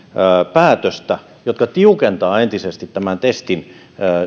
päätöstä jotka tiukentavat entisestään tämän testin